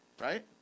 Right